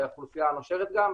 לאוכלוסייה הנושרת גם,